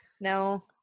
No